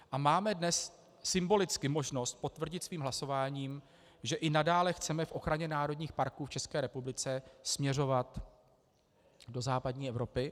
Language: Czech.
A máme dnes symbolicky možnost potvrdit svým hlasováním, že i nadále chceme v ochraně národních parků v České republice směřovat do západní Evropy.